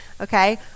okay